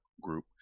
Group